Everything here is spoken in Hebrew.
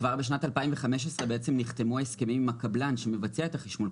כבר בשנת 2015 נחתמו ההסכמים עם הקבלן שמבצע את החשמול,